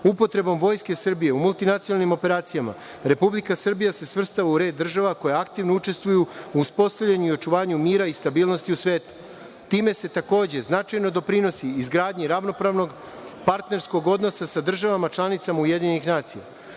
Upotrebom Vojske Srbije u multinacionalnim operacijama Republika Srbija se svrstava u red država koje aktivno učestvuju u uspostavljanju i očuvanju mira i stabilnosti u svetu. Time se takođe značajno doprinosi izgradnji ravnopravnog partnerskog odnosa sa državama članicama UN.Potvrđujući